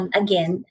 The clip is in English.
again